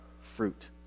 fruit